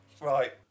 right